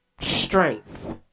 strength